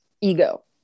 ego